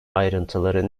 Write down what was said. ayrıntıları